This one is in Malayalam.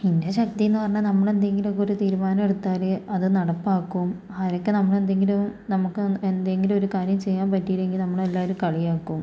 എൻ്റെ ശക്തി എന്ന് പറഞ്ഞാൽ നമ്മൾ എന്തെങ്കിലും ഒക്കെ ഒരു തീരുമാനം എടുത്താൽ അത് നടപ്പാക്കും ആരൊക്കെ നമ്മൾ എന്തെങ്കിലും നമുക്ക് എന്തെങ്കിലും ഒരു കാര്യം ചെയ്യാൻ പറ്റിയില്ലെങ്കിൽ നമ്മളെ എല്ലാവരും കളിയാക്കും